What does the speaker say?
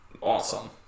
awesome